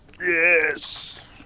Yes